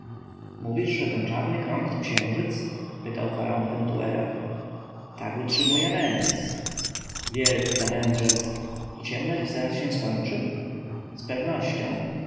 mówisz że ten czarny krąg to księżyc pytał faraon pentuera tak utrzymuje menes wielki to mędrzec i ciemność zaraz się skończy z pewnością